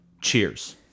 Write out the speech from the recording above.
Cheers